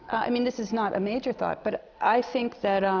i mean, this is not a major thought. but i think that